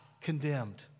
condemned